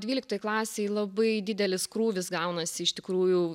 dvyliktoj klasėj labai didelis krūvis gaunasi iš tikrųjų